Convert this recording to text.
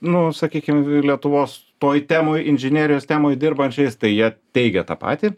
nu sakykim lietuvos toj temoj inžinerijos temoj dirbančiais tai jie teigia tą patį